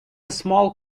small